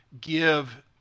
give